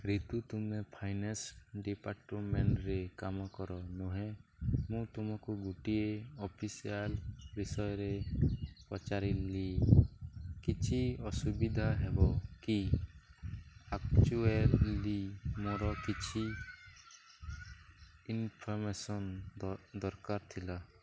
ରିତୁ ତୁମେ ଫାଇନାନ୍ସ ଡିପାର୍ଟ୍ମେଣ୍ଟରେ କାମ କର ନୁହେଁ ମୁଁ ତୁମକୁ ଗୋଟିଏ ଅଫିସିଆଲ୍ ବିଷୟରେ ପଚାରିଲି କିଛି ଅସୁବିଧା ହେବ କି ଆକ୍ଚୁଏଲି ମୋର କିଛି ଇନ୍ଫର୍ମେସନ୍ ଦରକାର ଥିଲା